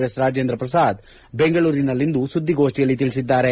S Rajendra Prasad ಬೆಂಗಳೂರಿನಲ್ಲಿಂದು ಸುದ್ದಿಗೋಷ್ಠಿಯಲ್ಲಿ ತಿಳಿಸಿದ್ದಾರೆ